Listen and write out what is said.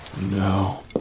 no